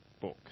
book